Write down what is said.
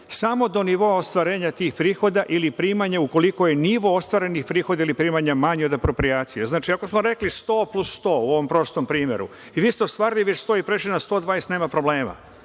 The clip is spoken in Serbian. samo do nivoa ostvarenja tih prihoda ili primanja ukoliko je nivo ostvarenih prihoda ili primanja manji od aproprijacije. Znači, ako smo rekli 100 plus 100 u ovom prostom primeru i vi ste ostvarili već 100 i prešli na 120, nema problema,